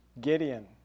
Gideon